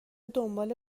دنباله